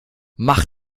mach